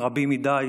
רבים מדי,